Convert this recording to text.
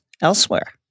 elsewhere